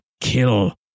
kill